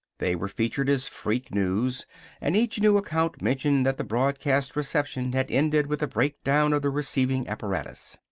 they were featured as freak news and each new account mentioned that the broadcast reception had ended with a break-down of the receiving apparatus.